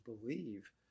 believe